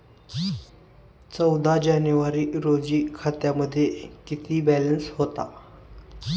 चौदा जानेवारी रोजी खात्यामध्ये किती बॅलन्स होता?